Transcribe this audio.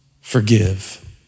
forgive